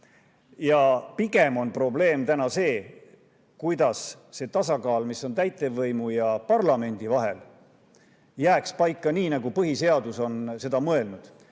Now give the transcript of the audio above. Pigem on probleem see, kuidas see tasakaal, mis on täitevvõimu ja parlamendi vahel, jääks paika, nii nagu põhiseadus on seda mõelnud.